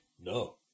No